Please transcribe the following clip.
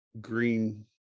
green